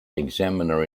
examiner